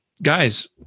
Guys